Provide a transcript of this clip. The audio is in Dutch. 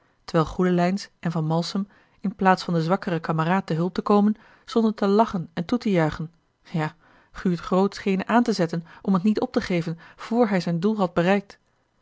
terwijl goedelijns en van malsem in plaats van den zwakkeren kameraad te hulp te komen stonden te lachen en toe te juichen ja guurt groot schenen aan te zetten om t niet op te geven vr hij zijn doel had bereikt